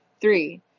Three